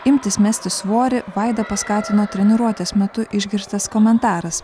imtis mesti svorį vaidą paskatino treniruotės metu išgirstas komentaras